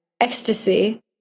ecstasy